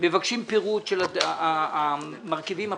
פירוט של המרכיבים הפנימיים: